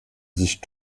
sich